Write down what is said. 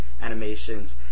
Animations